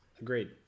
Agreed